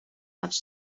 much